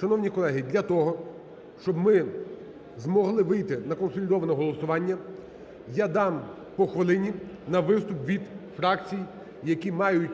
Шановні колеги, для того, щоб ми змогли вийти на консолідоване голосування, я дам по хвилині на виступ від фракцій, які мають